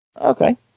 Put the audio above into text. Okay